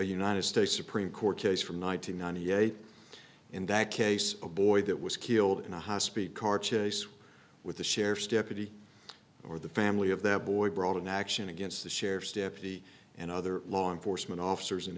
united states supreme court case from one nine hundred ninety eight in that case a boy that was killed in a high speed car chase with a sheriff's deputy or the family of the boy brought an action against the sheriff's deputy and other law enforcement officers